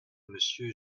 monsieur